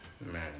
Man